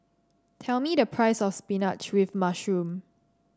tell me the price of spinach with mushroom